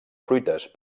fruites